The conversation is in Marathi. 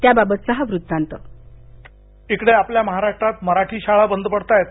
त्याबाबतचा हा वृत्तांत इकडे आपल्या महाराष्ट्रात मराठी शाळा बंद पडताहेत